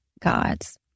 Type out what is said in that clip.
God's